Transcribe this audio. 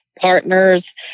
partners